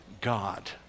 God